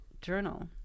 journal